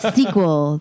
Sequel